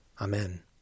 Amen